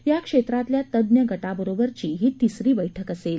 या क्षेत्रातल्या तज्ञ गटाबरोबरची ही तिसरी बैठक असेल